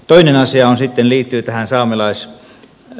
toinen asia liittyy saamelaisalueeseen